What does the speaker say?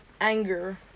anger